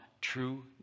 true